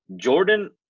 Jordan